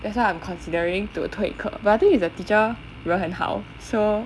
that's why I'm considering to 退课 but the thing is the teacher 人很好 so